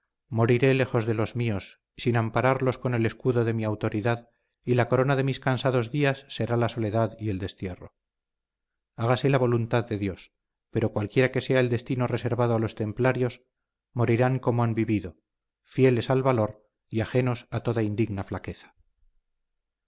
moriré lejos de los míos sin ampararlos con el escudo de mi autoridad y la corona de mis cansados días será la soledad y el destierro hágase la voluntad de dios pero cualquiera que sea el destino reservado a los templarios morirán como han vivido fieles al valor y ajenos a toda indigna flaqueza